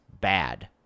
bad